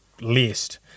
list